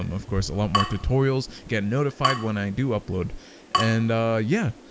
um of course a lot more tutorials. get notified when i do upload and yeah,